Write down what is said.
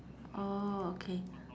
orh okay